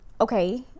okay